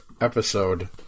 episode